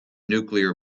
nuclear